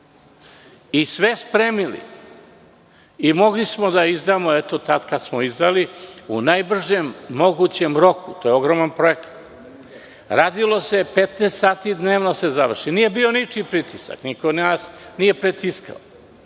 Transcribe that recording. smo spremili i mogli smo da izdamo tada kada smo izdrali u najbržem mogućem roku. To je ogroman projekat. Radilo se 15 sati dnevno da se završi. Nije bio ničiji pritisak. Niko nas nije pritiskao.